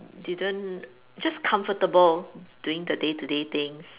didn't just comfortable doing the day to day things